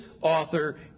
author